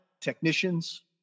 technicians